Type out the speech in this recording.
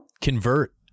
convert